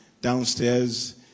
downstairs